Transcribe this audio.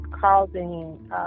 causing